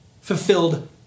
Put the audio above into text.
fulfilled